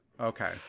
Okay